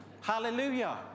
Hallelujah